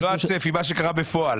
לא הצפי, מה שקרה בפועל.